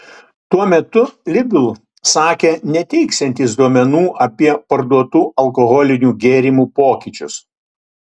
tuo metu lidl sakė neteiksiantys duomenų apie parduotų alkoholinių gėrimų pokyčius